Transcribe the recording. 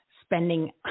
spending